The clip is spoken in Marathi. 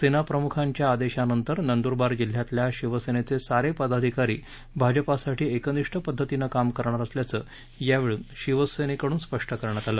सेना प्रमुखांच्या आदेशानंतर नंदुरबार जिल्ह्यातील शिवसेनेचे सारेच पदाधिकारी भाजपासाठी एकनिष्ठ पद्धतीने काम करणार असल्याचं यावेळी सेनेकडून स्पष्ट करण्यात आले